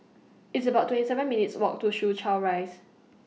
It's about twenty seven minutes' Walk to Soo Chow Rise